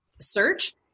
search